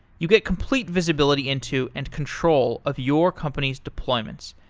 you get complete visibility into and control of your company's deployments.